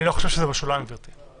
אני לא חושב שזה בשוליים, גברתי.